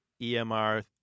EMR